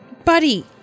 Buddy